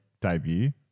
debut